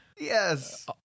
Yes